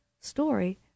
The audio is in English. story